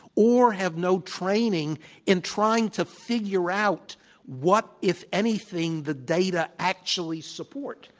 or have no training in trying to figure out what, if anything, the data actually support.